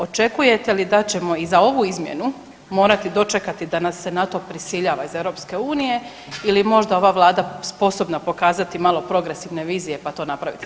Očekujete li da ćemo i za ovu izmjenu morati dočekati da nas se na to prisiljava iz EU ili je možda ova vlada sposobna pokazati malo progresivne vizije pa to napraviti sama?